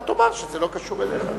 אתה תאמר שזה לא קשור אליך.